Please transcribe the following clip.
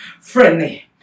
friendly